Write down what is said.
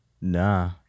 Nah